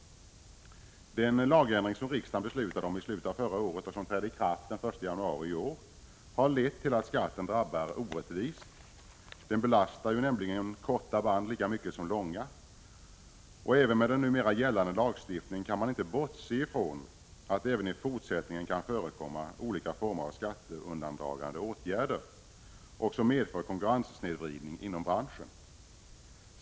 Den lagändring som riksdagen beslutade om i slutet av förra året och som trädde i kraft den 1 januari i år harlett till att kassettskatten drabbar orättvist. Den belastar nämligen korta band lika mycket som långa. Även med den numera gällande lagstiftningen kan man inte bortse ifrån att det också i fortsättningen kan förekomma olika former av skatteundandragande åtgärder, som medför konkurrenssnedvridning inom branschen.